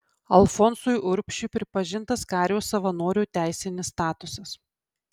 alfonsui urbšiui pripažintas kario savanorio teisinis statusas